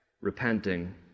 repenting